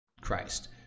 Christ